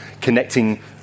connecting